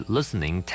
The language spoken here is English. Listening